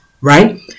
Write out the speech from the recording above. right